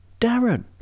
Darren